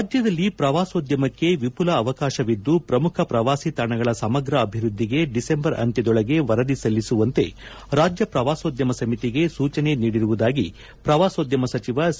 ರಾಜ್ಕದಲ್ಲಿ ಪ್ರವಾಸೋದ್ಯಮಕ್ಕೆ ವಿಮಲ ಅವಕಾಶವಿದ್ದು ಪ್ರಮುಖ ಪ್ರವಾಸಿ ತಾಣಗಳ ಸಮಗ್ರ ಅಭಿವೃದ್ದಿಗೆ ಡಿಸೆಂಬರ್ ಅಂತ್ಯದೊಳಗೆ ವರದಿ ಸಲ್ಲಿಸುವಂತೆ ರಾಜ್ಯ ಪ್ರವಾಸೋದ್ಯಮ ಸಮಿತಿಗೆ ಸೂಚನೆ ನೀಡಿರುವುದಾಗಿ ಪ್ರವಾಸೋದ್ಯಮ ಸಚಿವ ಸಿ